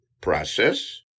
process